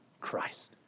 Christ